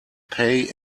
pay